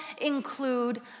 include